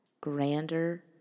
grander